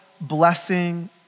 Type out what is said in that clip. blessing